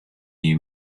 you